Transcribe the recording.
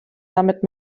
damit